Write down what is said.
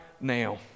now